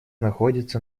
находится